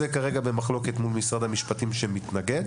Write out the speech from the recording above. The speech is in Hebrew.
זה כרגע במחלוקת מול משרד המשפטים שמתנגד.